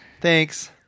thanks